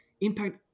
impact